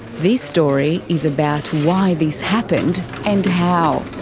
this story is about why this happened and how.